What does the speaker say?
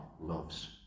loves